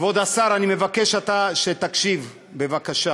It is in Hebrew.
כבוד השר, אני מבקש שתקשיב, בבקשה.